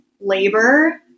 labor